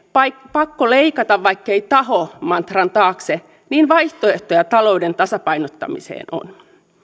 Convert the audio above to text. pakko leikata vaikkei taho mantran taakse niin vaihtoehtoja talouden tasapainottamiseen on